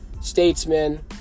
statesman